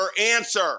answer